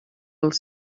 els